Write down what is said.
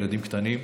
ילדים קטנים.